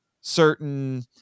certain